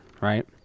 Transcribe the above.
right